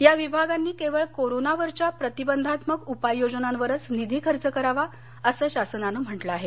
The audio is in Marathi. या विभागांनी केवळ कोरोनावरच्या प्रतिबंधात्मक उपाययोजनांवरच निधी खर्च करावा असं शासनानं म्हटलं आहे